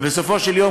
ובסופו של יום,